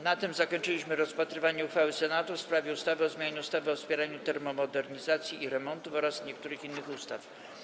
Na tym zakończyliśmy rozpatrywanie uchwały Senatu w sprawie ustawy o zmianie ustawy o wspieraniu termomodernizacji i remontów oraz niektórych innych ustaw.